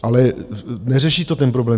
Ale neřeší to ten problém.